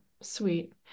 sweet